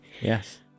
yes